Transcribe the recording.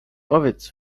powiedz